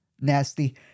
Nasty